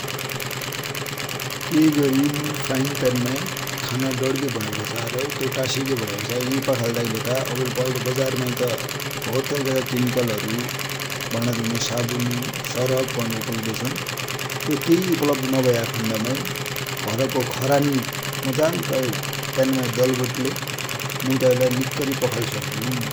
केइ गरि मुइले फ्राइङ पेन माइ खाना डडीगयो भनेपछा र त्यो टासिगयो भनेपछा, अब यै पखाल्दा कि लेखा अब पहिला बजार माइ बहुत तरिका का केमिकलहरु, भाडा धुने साबुन, सरप भन्बटी उपलब्द छन्। त्यो केइ उपलब्द नभ​एका खन्डमाइ घर को खरानि मजाले पेन माइ दलबटीले मुइ तै लाइ निक्करि पखालि सक्दु ।